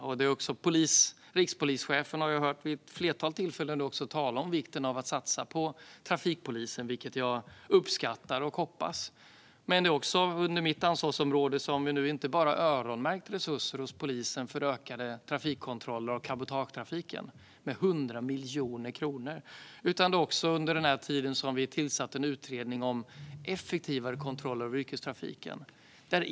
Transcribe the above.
Jag har vid ett flertal tillfällen hört rikspolischefen tala om vikten av att satsa på trafikpolisen, vilket jag uppskattar och hoppas på. Men vi har också under min tid som ansvarig för det här området inte bara öronmärkt resurser hos polisen för ökade trafikkontroller av cabotagetrafiken med 100 miljoner kronor utan även tillsatt en utredning om effektivare kontroller av yrkestrafiken.